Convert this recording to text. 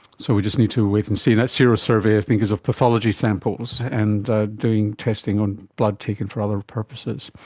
so we just need to wait and see. and that serosurvey i think is of pathology samples and doing testing on blood taken for other purposes.